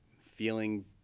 feeling